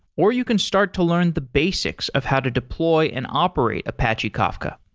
or you can start to learn the basics of how to deploy and operate apache kafka.